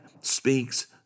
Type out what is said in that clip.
speaks